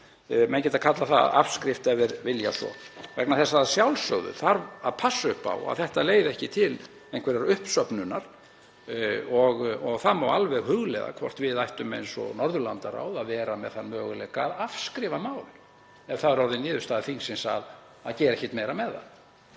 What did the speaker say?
Menn geta kallað það afskrift ef þeir vilja. (Forseti hringir.) Að sjálfsögðu þarf að passa upp á að þetta leiði ekki til einhverrar uppsöfnunar og það má alveg hugleiða hvort við ættum, eins og Norðurlandaráð, að vera með þann möguleika að afskrifa mál, ef það er orðin niðurstaða þingsins að gera ekkert meira með það.